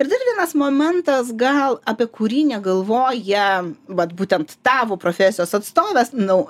ir dar vienas momentas gal apie kurį negalvoja vat būtent tavo profesijos atstovės nau